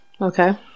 Okay